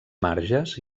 marges